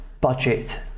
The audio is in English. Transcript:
budget